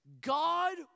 God